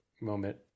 moment